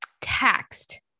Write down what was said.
taxed